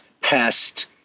past